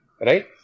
right